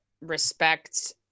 respect